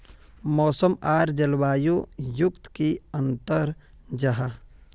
मौसम आर जलवायु युत की अंतर जाहा?